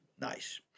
nice